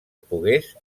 pogués